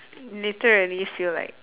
literally feel like